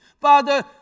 Father